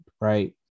right